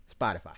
Spotify